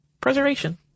preservation